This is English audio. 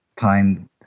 time